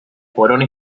corona